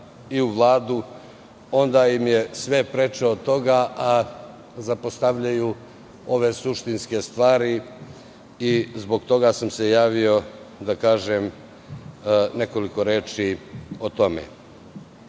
i u Vladu, onda im je sve preče od toga, zapostavljaju ove suštinske stvari i zbog toga sam se javio da kažem nekoliko reči o